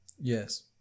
Yes